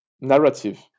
narrative